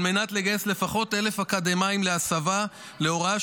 על מנת לגייס לפחות 1,000 אקדמאים להסבה להוראה,